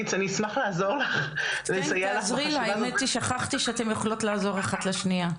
שאני שכחתי שאתן יכולות לעזור אחת לשנייה.